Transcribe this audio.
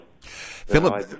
Philip